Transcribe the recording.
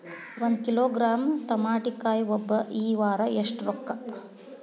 ಒಂದ್ ಕಿಲೋಗ್ರಾಂ ತಮಾಟಿಕಾಯಿ ಒಟ್ಟ ಈ ವಾರ ಎಷ್ಟ ರೊಕ್ಕಾ?